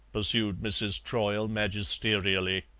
pursued mrs. troyle magisterially.